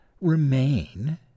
remain